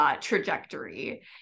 Trajectory